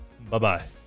Bye-bye